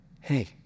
hey